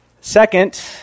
Second